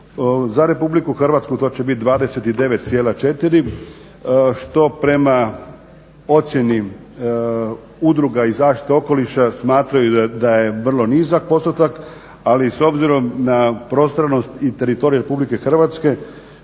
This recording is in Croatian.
Za Republiku Hrvatsku to će bit 29,4 što prema ocjeni udruga zaštita okoliša smatraju da je vrlo nizak postotak, ali s obzirom na prostornost i teritorija Republike Hrvatske